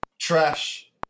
trash